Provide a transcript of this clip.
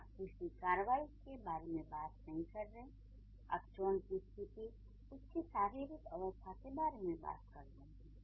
यहाँ आप किसी कार्रवाई के बारे में बात नहीं कर रहे हैं आप जॉन की स्थिति उसकी शारीरिक अवस्था के बारे में बात कर रहे हैं